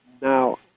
Now